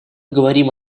говорим